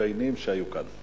למתדיינים שהיו כאן.